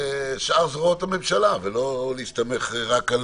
שאר זרועות הממשלה ולא להסתמך רק על